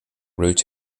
route